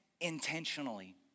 intentionally